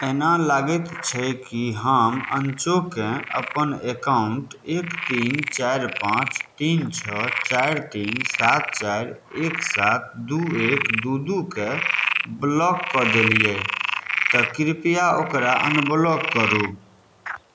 एना लागैत छै कि हम अनचोके अपन एकाउंट एक तीन चारि पांँच तीन छओ चारि तीन सात चारि एक सात दू एक दू दू के ब्लॉक कऽ देलियै तऽ कृपया ओकरा अनब्लॉक करू